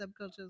subcultures